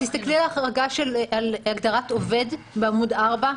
תסתכלי על הגדרת עובד בעמוד 4,